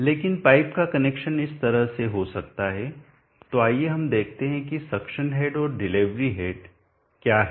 लेकिन पाइप का कनेक्शन इस तरह से हो सकता है तो आइए हम देखते हैं कि सक्शन हेड और डिलीवरी हेड क्या हैं